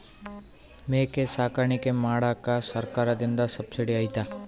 ಮೇಕೆ ಸಾಕಾಣಿಕೆ ಮಾಡಾಕ ಸರ್ಕಾರದಿಂದ ಸಬ್ಸಿಡಿ ಐತಾ?